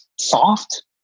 soft